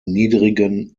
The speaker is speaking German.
niedrigen